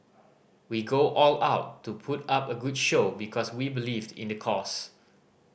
we go all out to put up a good show because we believed in the cause